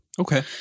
Okay